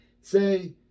say